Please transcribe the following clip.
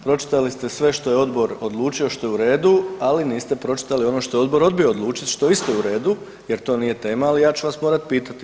Pročitali ste sve što je Odbor odlučio, što je u redu, ali niste pročitali ono što je Odbor odbio odlučiti, što je isto u redu jer to nije tema, ali ja ću vas morati pitati.